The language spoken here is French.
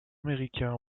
américain